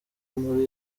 muri